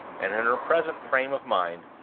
and, in her present frame of mind,